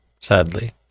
sadly